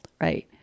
right